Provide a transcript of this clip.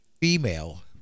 female